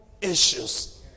issues